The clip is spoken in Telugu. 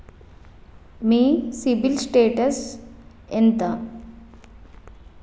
మీ సిబిల్ స్టేటస్ ఎంత?